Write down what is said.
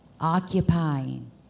occupying